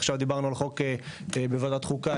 עכשיו דיברנו על חוק בוועדת חוקה.